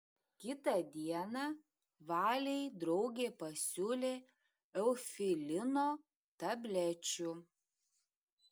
kitą dieną valei draugė pasiūlė eufilino tablečių